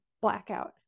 blackout